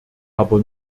aber